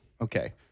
Okay